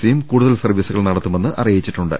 സിയും കൂടുതൽ സർവ്വീസുകൾ നടത്തുമെന്ന് അറിയിച്ചിട്ടുണ്ട്